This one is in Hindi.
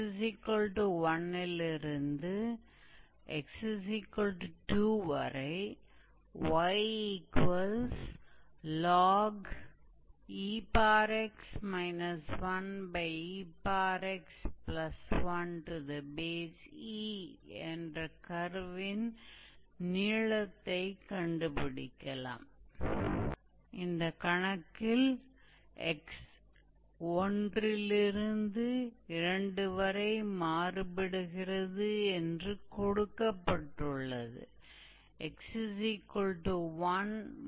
तो आप यहाँ दिए गए परबोला को देखते हैं जो इनवेर्टेड शेप का था और हमें वर्टैक्स से लंबाई लेटेक्स रेक्टम की एक एक्सट्रीमिटी तक लंबाई को मापने के लिए कहा गया था